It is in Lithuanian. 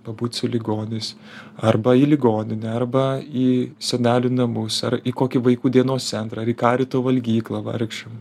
pabūt su ligoniais arba į ligoninę arba į senelių namus ar į kokį vaikų dienos centrą ar į karito valgyklą vargšam